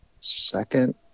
second